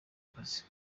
akazi